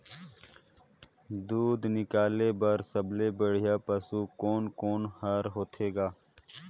दूध निकाले बर सबले बढ़िया पशु कोन कोन हर होथे ग?